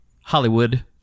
Hollywood